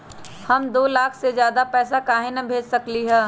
हम दो लाख से ज्यादा पैसा काहे न भेज सकली ह?